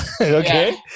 Okay